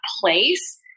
place